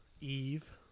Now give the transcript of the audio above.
eve